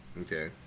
Okay